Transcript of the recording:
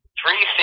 three